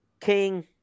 King